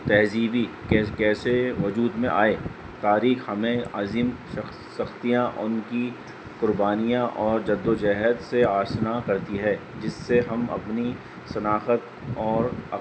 تہذیبی کیسے وجود میں آئے تاریخ ہمیں عظیم شخ سختیاں ان کی قربانیاں اور جد وجہد سے آشنا کرتی ہے جس سے ہم اپنی شناخت اور